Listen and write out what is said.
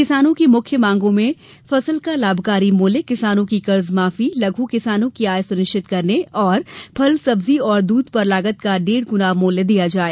किसानों की मुख्य मांगों में फसल का लाभकारी मूल्य किसानों की कर्ज माफी लघु किसानों की आय सुनिश्चित करने और फल सब्जी और दूध पर लागत का डेढ़ गुना मूल्य दिया जाये